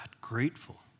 grateful